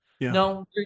No